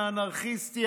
האנרכיסטי,